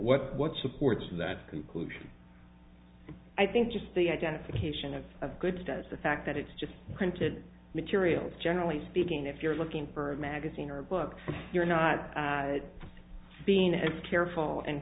what what supports that conclusion i think just the identification of of goods does the fact that it's just printed materials generally speaking if you're looking for a magazine or a book you're not being as careful and